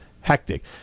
hectic